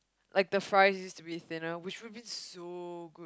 like the fries used to be thinner which would be so good